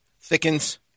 thickens